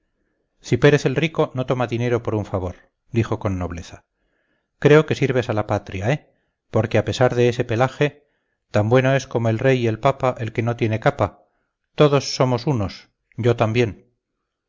mí cipérez el rico no toma dinero por un favor dijo con nobleza creo que sirves a la patria eh porque a pesar de ese pelaje tan bueno es como el rey y el papa el que no tiene capa todos somos unos yo también